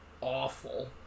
awful